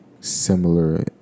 similar